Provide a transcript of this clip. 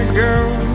girl